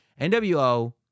NWO